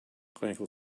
clinical